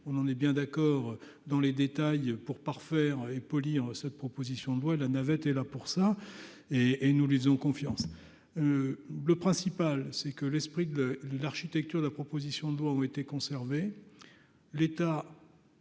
on en est bien d'accord dans les détails pour parfaire et cette proposition de loi la navette est là pour ça et et nous lui faisons confiance le principal, c'est que l'esprit de l'architecture de la proposition de loi ont été conservées